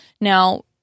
Now